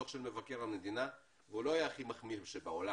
דוח של מבקר המדינה הוא לא היה הכי מחמיא שבעולם,